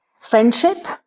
Friendship